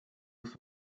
was